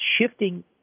shifting